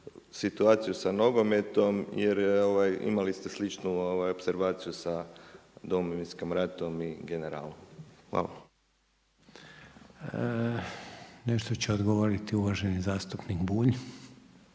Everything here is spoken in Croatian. situaciju sa nogometom jer imali ste sličnu opservaciju sa Domovinskim ratom i generalom. Hvala. **Reiner, Željko (HDZ)** Nešto će odgovoriti uvaženi zastupnik Bulj.